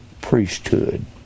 priesthood